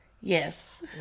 Yes